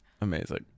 Amazing